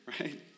right